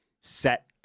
set